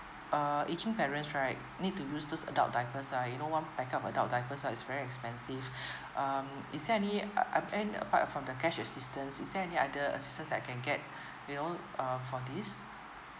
uh aging parents right need to use those adult diapers uh you know one package of adult diapers uh is very expensive um is there any uh uh and uh apart from the cash assistance is there any other assistance I can get you know uh for this